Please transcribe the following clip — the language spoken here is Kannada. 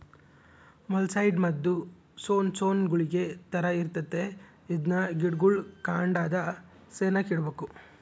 ಮೊಲಸ್ಸೈಡ್ ಮದ್ದು ಸೊಣ್ ಸೊಣ್ ಗುಳಿಗೆ ತರ ಇರ್ತತೆ ಇದ್ನ ಗಿಡುಗುಳ್ ಕಾಂಡದ ಸೆನೇಕ ಇಡ್ಬಕು